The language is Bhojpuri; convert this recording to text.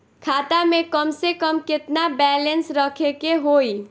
खाता में कम से कम केतना बैलेंस रखे के होईं?